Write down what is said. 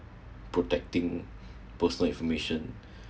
protecting personal information